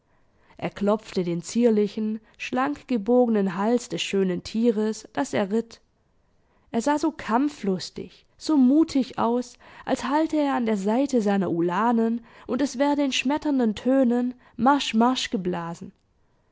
er klopfte den zierlichen schlankgebogenen hals des schönen tieres das er ritt er sah so kampflustig so mutig aus als halte er an der seite seiner ulanen und es werde in schmetternden tönen marsch marsch geblasen